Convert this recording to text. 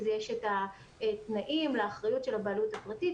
אז יש את התנאים לאחריות של הבעלות הפרטית,